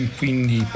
quindi